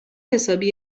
حسابی